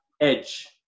edge